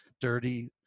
dirty